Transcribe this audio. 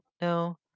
No